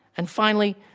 and finally,